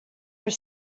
were